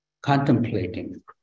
contemplating